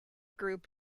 group